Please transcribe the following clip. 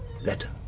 Letter